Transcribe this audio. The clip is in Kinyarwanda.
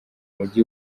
mujyi